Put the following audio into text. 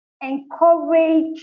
encourage